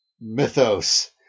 mythos